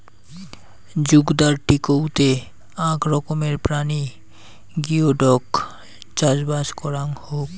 জুগদার টিকৌতে আক রকমের প্রাণী গিওডক চাষবাস করাং হউক